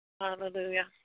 Hallelujah